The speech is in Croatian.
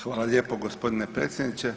Hvala lijepo gospodine predsjedniče.